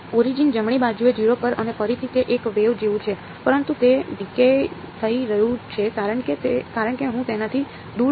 origin જમણી બાજુએ 0 પર અને ફરીથી તે એક વેવ જેવું છે પરંતુ તે ડિકેય થઈ રહ્યું છે કારણ કે હું તેનાથી દૂર જાઉં છું